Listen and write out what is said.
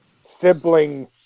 sibling